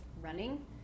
running